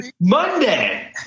Monday